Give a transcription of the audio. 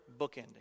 bookending